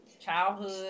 childhood